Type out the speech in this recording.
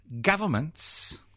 governments